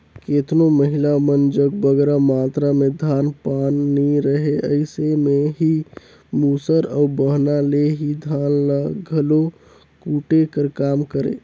केतनो महिला मन जग बगरा मातरा में धान पान नी रहें अइसे में एही मूसर अउ बहना ले ही धान ल घलो कूटे कर काम करें